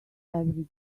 every